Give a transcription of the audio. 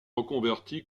reconverti